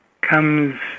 comes